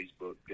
Facebook